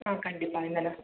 ம் கண்டிப்பாங்க